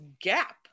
gap